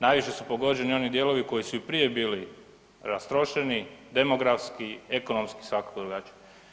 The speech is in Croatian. Najviše su pogođeni oni dijelovi koji su i prije bili rastrošeni demografski, ekonomski i svakako drugačije.